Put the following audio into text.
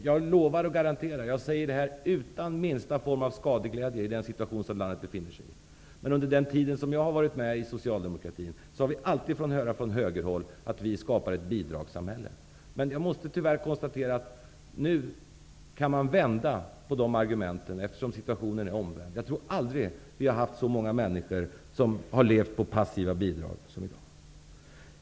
Jag lovar och garanterar: Jag säger detta utan minsta form av skadeglädje, med tanke på den situation som landet befinner sig i. Under den tid jag har varit med i Socialdemokraterna har vi alltid från högerhåll fått höra att vi skapar ett bidragssamhälle. Jag måste tyvärr konstatera att nu kan vi vända på de argumenten. Situationen är ju omvänd. Jag tror aldrig att det har funnits så många människor i Sverige som har levt på passiva bidrag som i dag.